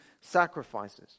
sacrifices